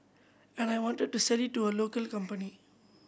and I wanted to sell it to a local company